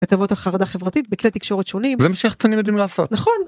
כתבות על חרדה חברתית בכלי תקשורת שונים, זה מה שיח"צנים יודעים לעשות, נכון